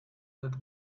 that